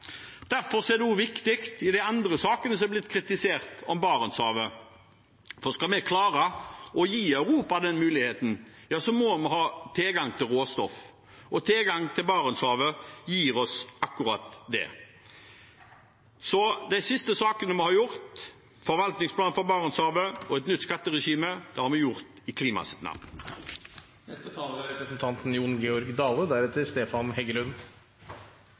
er også viktig i de andre sakene som er blitt kritisert om Barentshavet, for skal vi klare å gi Europa den muligheten, må vi ha tilgang til råstoff, og tilgang til Barentshavet gir oss akkurat det. Så de siste sakene vi har behandlet, forvaltningsplanen for Barentshavet og et nytt skatteregime, har vi gjort i